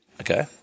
Okay